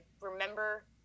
remember